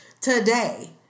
today